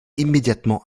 immédiatement